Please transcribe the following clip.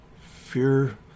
fear